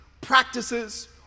practices